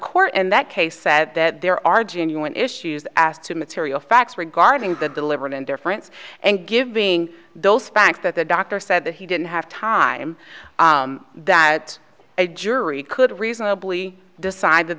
court and that case said that there are genuine issues asked to material facts regarding the deliberate indifference and giving those facts that the doctor said that he didn't have time that a jury could reasonably decide that